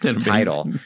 title